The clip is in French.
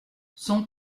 son